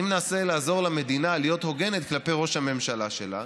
אני מנסה לעזור למדינה להיות הוגנת כלפי ראש הממשלה שלה